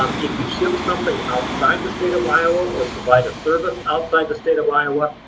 um if you ship something outside the state of iowa or provide a service outside the state of iowa,